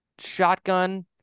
shotgun